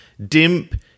Dimp